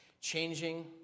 changing